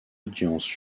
audiences